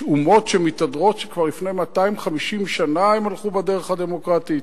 יש אומות שמתהדרות שכבר לפני 250 שנה הן הלכו בדרך הדמוקרטית,